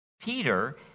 Peter